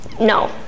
No